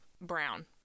brown